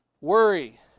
Worry